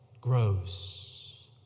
grows